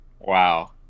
Wow